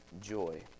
joy